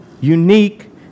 unique